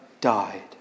died